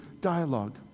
dialogue